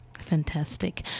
Fantastic